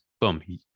Boom